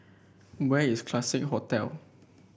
where is Classique Hotel